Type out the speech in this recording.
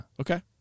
Okay